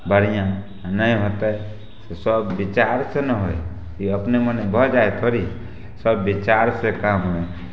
बढ़िआँ आ नहि होतय तऽ सब विचारसे ना होइ की अपने मोने भऽ जाइ थोड़ही सब विचारसँ काम होइ